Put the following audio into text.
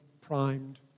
primed